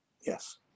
Yes